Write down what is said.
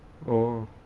oh